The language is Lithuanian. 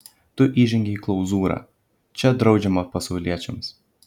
tu įžengei į klauzūrą čia draudžiama pasauliečiams